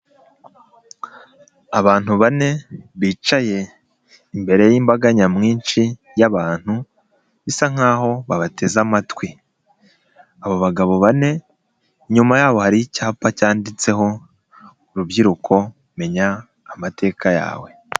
Abantu bane bicaye imbere y'imbaga nyamwinshi y'abantu bisa nkaho babateze amatwi. Abo bagabo bane, inyuma yabo hari icyapa cyanditseho rubyiruko menya amateka yawe.